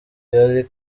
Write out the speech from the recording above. yari